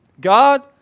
God